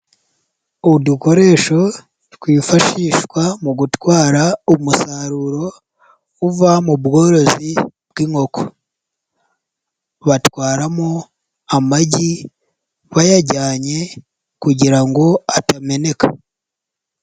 Udukoresho twifashishwa mu gutwara umusaruro uva mu bworozi bw'inkoko. Batwaramo amagi bayajyanye kugira ngo atameneka.